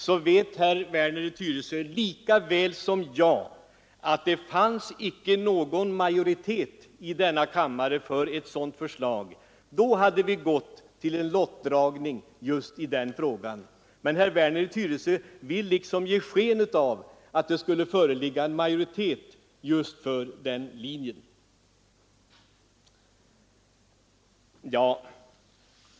Herr Werner vet lika väl som jag att det icke fanns någon majoritet i denna kammare för ett sådant förslag. Det skulle ha inneburit att vi hade gått till en lottdragning i den frågan. Men herr Werner i Tyresö vill ge sken av att det skulle föreligga en majoritet för den linjen.